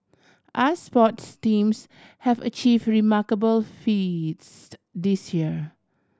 us sports teams have achieve remarkable feats this year